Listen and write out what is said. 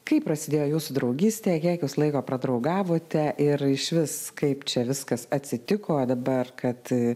kaip prasidėjo jūsų draugystė kiek jūs laiko pradraugavote ir išvis kaip čia viskas atsitiko dabar kad